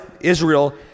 Israel